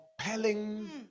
compelling